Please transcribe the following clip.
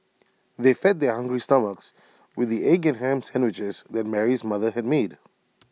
they fed their hungry stomachs with the egg and Ham Sandwiches that Mary's mother had made